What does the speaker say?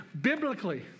biblically